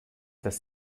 dass